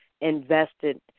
invested